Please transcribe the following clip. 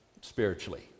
spiritually